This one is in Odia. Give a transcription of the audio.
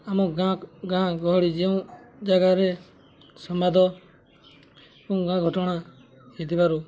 ଆମ ଗାଁ ଗାଁ ଗହଳି ଯେଉଁ ଜାଗାରେ ସମ୍ବାଦ ଏବଂ ଗାଁ ଘଟଣା ହେଇଥିବାରୁ